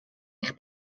eich